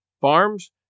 farms